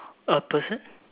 a person